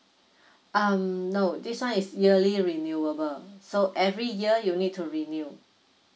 um no this one is yearly renewable so every year you need to renew